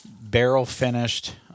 barrel-finished